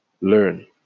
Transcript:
Learn